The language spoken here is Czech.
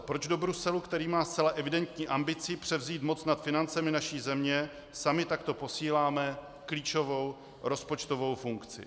Proč do Bruselu, který má zcela evidentní ambici převzít moc nad financemi naší země, sami takto posíláme klíčovou rozpočtovou funkci?